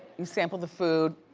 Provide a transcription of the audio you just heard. you sample the food,